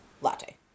latte